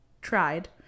tried